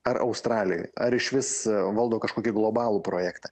ar australijoj ar išvis valdo kažkokį globalų projektą